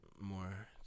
more